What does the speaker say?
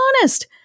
honest